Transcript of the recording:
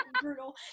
brutal